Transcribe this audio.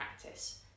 practice